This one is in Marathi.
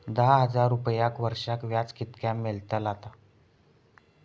दहा हजार रुपयांक वर्षाक व्याज कितक्या मेलताला?